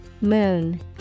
Moon